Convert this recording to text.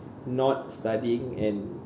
not studying and